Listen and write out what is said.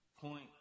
point